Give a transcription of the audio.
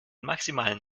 maximalen